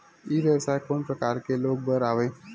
ई व्यवसाय कोन प्रकार के लोग बर आवे?